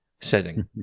setting